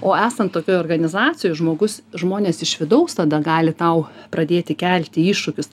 o esant tokioj organizacijoj žmogus žmonės iš vidaus tada gali tau pradėti kelti iššūkius